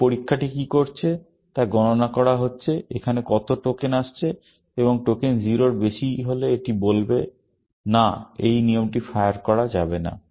এই পরীক্ষাটি কী করছে তা গণনা করা হচ্ছে এখানে কত টোকেন আসছে এবং টোকেন 0 এর বেশি হলে এটি বলবে না এই নিয়মটি ফায়ার করা যাবে না